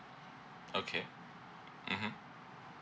okay mmhmm